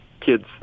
kids